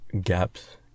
gaps